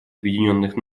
объединенных